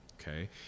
okay